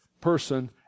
person